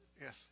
Yes